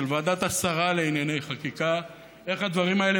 של ועדת השרה לענייני חקיקה, איך הדברים האלה